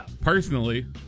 personally